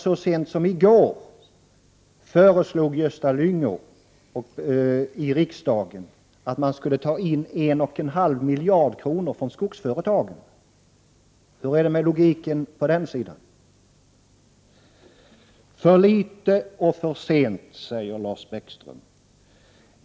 Så sent som i går föreslog Gösta Lyngå i riksdagen att man skulle ta 1,5 miljarder från skogsföretagen. Var finns logiken här? Lars Bäckström säger att det hela är för litet och för sent.